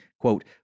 Quote